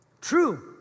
True